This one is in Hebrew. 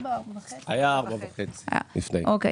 כדי